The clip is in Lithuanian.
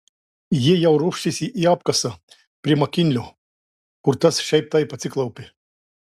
jie jau ropštėsi į apkasą prie makinlio kur tas šiaip taip atsiklaupė